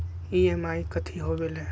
EMI कथी होवेले?